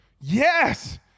Yes